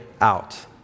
out